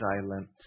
silent